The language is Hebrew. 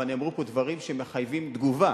אבל נאמרו פה דברים שמחייבים תגובה.